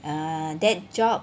err that job